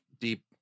deep